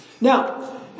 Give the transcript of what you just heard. Now